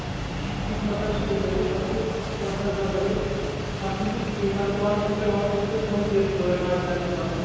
شیٖشہٕ ویٖشہٕ مکانس فِٹ لٲگتھ تتھ چھُ پرٛتھ کانٛہہ ذات لَگٲوِتھ تتھ چھُنہٕ تۅہہِ کِہیٖنٛی تتھ چھِ واٹر سپلٲے واٹر سپلٲے تھٲومٕژ دِتھ سٲرٕے اَنٛدٕ ہیٚتھ چھِ پرٛتھ کانٛہہ ذات دِتھ